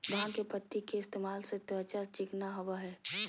भांग के पत्ति के इस्तेमाल से त्वचा चिकना होबय हइ